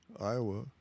Iowa